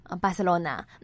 Barcelona